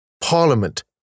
Parliament